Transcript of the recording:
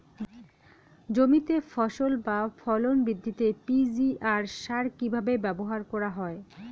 জমিতে ফসল বা ফলন বৃদ্ধিতে পি.জি.আর সার কীভাবে ব্যবহার করা হয়?